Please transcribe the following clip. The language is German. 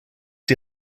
die